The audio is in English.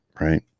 Right